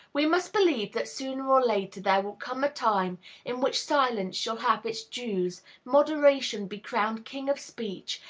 we must believe that sooner or later there will come a time in which silence shall have its dues, moderation be crowned king of speech,